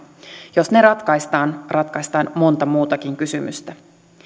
jos ne ratkaistaan ratkaistaan monta muutakin kysymystä